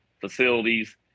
facilities